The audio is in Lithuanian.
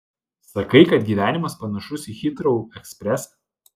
sakai kad gyvenimas panašus į hitrou ekspresą